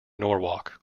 norwalk